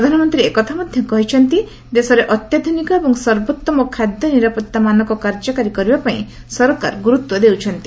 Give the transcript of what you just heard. ପ୍ରଧାନମନ୍ତ୍ରୀ ଏକଥା ମଧ୍ୟ କହିଛନ୍ତି ଦେଶରେ ଅତ୍ୟାଧୁନିକ ଏବଂ ସର୍ବୋତ୍ତମ ଖାଦ୍ୟ ନିରାପତ୍ତା ମାନକ କାର୍ଯ୍ୟକାରୀ କରିବାପାଇଁ ସରକାର ଗୁରୁତ୍ୱ ଦେଉଛନ୍ତି